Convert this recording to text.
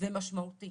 ומשמעותי